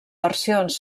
versions